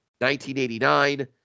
1989